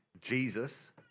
Jesus